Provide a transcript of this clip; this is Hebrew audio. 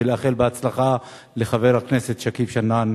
ולאחל בהצלחה לחבר הכנסת שכיב שנאן,